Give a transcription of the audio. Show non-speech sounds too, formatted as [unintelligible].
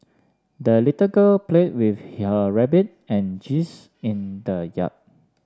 the little girl played with [unintelligible] rabbit and geese in the yard